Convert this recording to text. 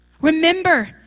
remember